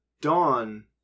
Dawn